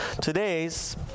Today's